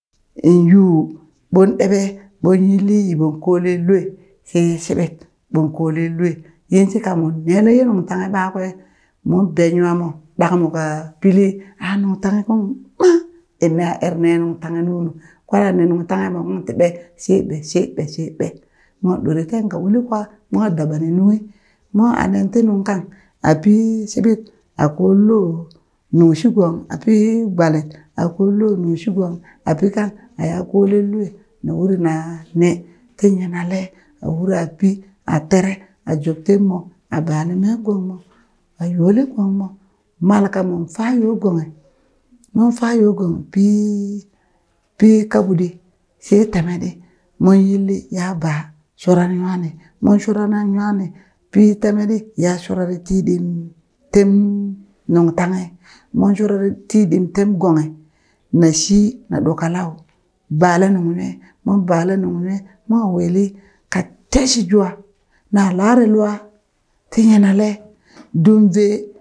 Inn yuu ɓon ɗeɓe ɓon yilli yi ɓon kolen lwe she ye shiɓit ɓon kolen lwe yin shika mon nele ye nung tanghe ɓakwe mon ben nwa mo ɗagmo ka pili a nungtanghe ung maa inne a er ne nungtanghe nunu kwere a ne nungtanghe mo ung ti ɓe she ɓe she ɓe she ɓe, mwa ɗore teen ka uli kwa mwa daɓani nunghi, mwa a nen ti nungkang a pi shiɓit a koo loo nungshigong a pi gbalit a koo loo nungshigong a pi kang a ya kolen lwe na ur na ne ti nyinale a ura pi a tere a job tem mo a bale mee gong mo a yole gong mo, mal ka mon fa yoo gonghi mon fa yoo gonghi, pi pi kaɓuɗi she temeɗi mon yilli ya baa shurare nwani mon shurarra nwa ni pi temeɗi ya shurare ti ɗim tem nungtanghe mon shurare ti ɗim tem gonghi na shi na ɗo kalau, bale nungnwe mon bale nungnwe mwa wili ka teshi jwa na lare lua ti nyinale dumve.